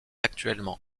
actuellement